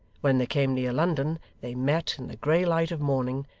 when they came near london they met, in the grey light of morning,